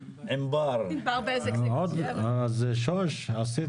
ניתן עכשיו לח"כ